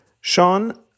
Sean